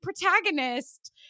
protagonist